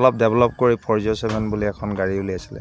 অলপ ডেভেলপ কৰি four zero seven বুলি এখন গাড়ী উলিয়াইছিলে